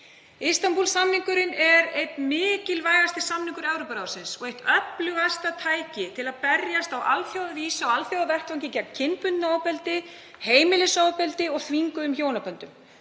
Istanbúl-samningurinn er einn mikilvægasti samningur Evrópuráðsins og eitt öflugasta tækið til að berjast á alþjóðavísu á alþjóðavettvangi gegn kynbundnu ofbeldi, heimilisofbeldi og þvinguðum hjónaböndum.